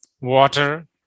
water